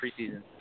preseason